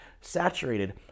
saturated